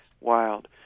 wild